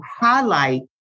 highlight